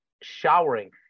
showering